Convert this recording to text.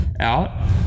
out